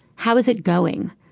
how is it going?